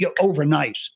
overnight